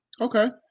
Okay